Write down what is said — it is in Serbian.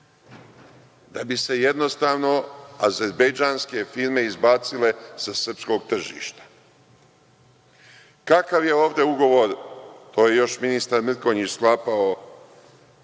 da bi se jednostavno azerbejdžanske firme izbacile sa srpskog tržišta. Kakav je ovde ugovor koji je još ministar Mrkonjić sklapao